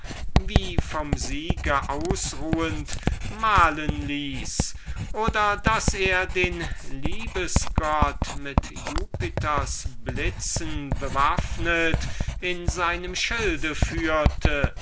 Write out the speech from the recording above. wie vom siege ausruhend malen ließ oder daß er den liebesgott mit jupiters blitzen bewaffnet in seinem schilde führte